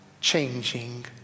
changing